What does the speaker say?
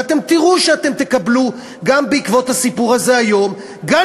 אתם תראו שאתם תקבלו בעקבות הסיפור הזה היום גל